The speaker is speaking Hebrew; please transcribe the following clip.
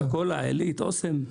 קוקה-קולה, עלית, אסם.